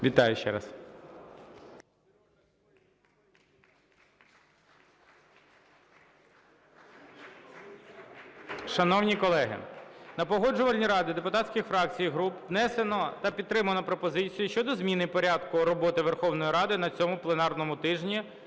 Вітаю ще раз.